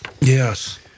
Yes